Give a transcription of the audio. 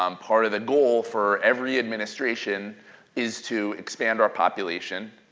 um part of the goal for every administration is to expand our population,